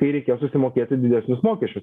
kai reikės susimokėti didesnius mokesčius nes